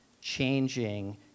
changing